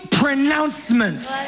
pronouncements